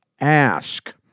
ask